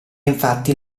infatti